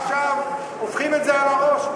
עכשיו הופכים את זה על הראש.